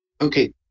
Okay